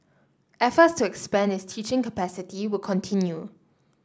efforts to expand its teaching capacity will continue